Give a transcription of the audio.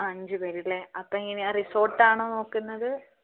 അഞ്ച് പേര് അല്ലേ അപ്പം എങ്ങനെ റിസോർട്ടാണോ നോക്കുന്നത്